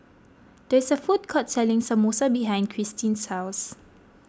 there is a food court selling Samosa behind Christene's house